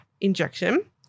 injection